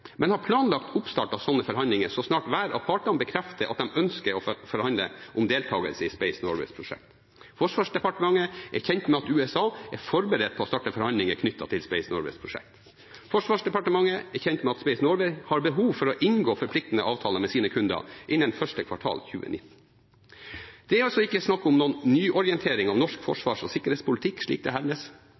men har planlagt oppstart av slike forhandlinger så snart hver av partene bekrefter at de ønsker å forhandle om deltagelse i Space Norways prosjekt. Forsvarsdepartementet er kjent med at USA er forberedt på å starte forhandlinger knyttet til Space Norways prosjekt. Forsvarsdepartementet er kjent med at Space Norway har behov for å inngå forpliktende avtaler med sine kunder innen første kvartal 2019. Det er altså ikke snakk om noen nyorientering av norsk forsvars- og sikkerhetspolitikk, slik det